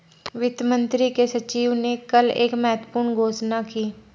वित्त मंत्री के सचिव ने कल एक महत्वपूर्ण घोषणा की